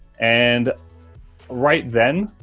and right then,